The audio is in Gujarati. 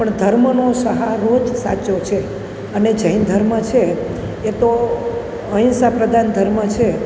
પણ ધર્મનો સહારો જ સાચો છે અને જૈન ધર્મ છે એ તો અહિંસા પ્રધાન ધર્મ છે